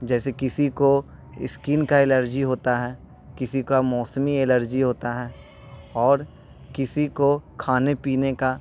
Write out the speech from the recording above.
جیسے کسی کو اسکن کا الرجی ہوتا ہے کسی کا موسمی الرجی ہوتا ہے اور کسی کو کھانے پینے کا